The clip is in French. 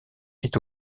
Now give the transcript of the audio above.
est